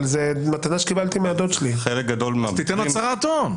אז תיתן הצהרת הון.